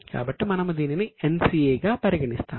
కాబట్టి మనము దీనిని NCA గా పరిగణిస్తాము